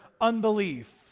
unbelief